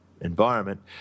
environment